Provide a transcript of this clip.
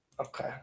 Okay